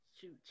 shoot